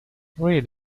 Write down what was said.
read